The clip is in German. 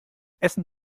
essen